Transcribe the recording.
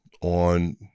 on